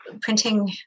Printing